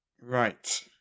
Right